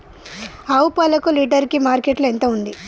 ఆవు పాలకు లీటర్ కి మార్కెట్ లో ఎంత ఉంది?